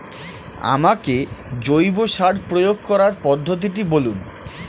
আমাকে জৈব সার প্রয়োগ করার পদ্ধতিটি বলুন?